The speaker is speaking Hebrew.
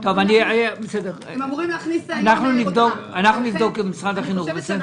אנחנו נבדוק עם משרד החינוך, בסדר.